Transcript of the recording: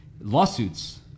lawsuits